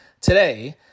today